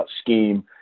scheme